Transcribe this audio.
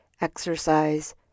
exercise